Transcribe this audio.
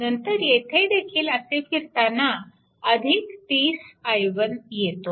नंतर येथे देखील असे फिरताना 30 i1 येतो